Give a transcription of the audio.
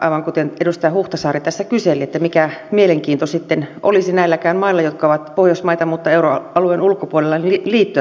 aivan kuten edustaja huhtasaari tässä kyseli mikä mielenkiinto sitten olisi näilläkään mailla jotka ovat pohjoismaita mutta euroalueen ulkopuolella liittyä tällä hetkellä eurovaluuttaan